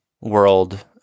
world